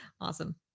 Awesome